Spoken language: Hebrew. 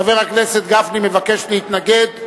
חבר הכנסת גפני מבקש להתנגד.